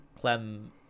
Clem